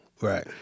Right